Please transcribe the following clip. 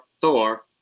Thor